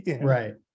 right